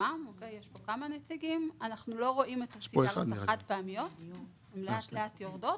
כרגע שהמלאים של החד פעמיות לאט לאט יורדים.